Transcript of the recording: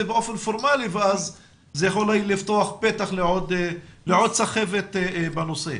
באופן פורמלי כי אז זה יכול לפתוח פתח לעוד סחבת בנושא.